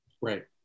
Right